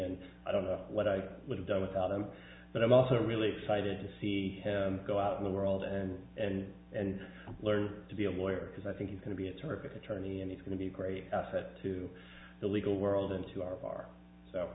and i don't know what i would've done without him but i'm also really excited to see him go out in the world and learn to be a lawyer because i think he's going to be a terrific attorney and he's going to be a great asset to the legal world and to our